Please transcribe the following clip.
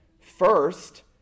First